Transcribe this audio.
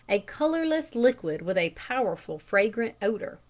a colourless liquid with a powerful fragrant odour,